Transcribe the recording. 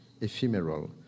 ephemeral